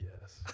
Yes